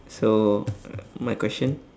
so my question